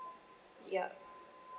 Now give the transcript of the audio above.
yup